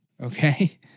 Okay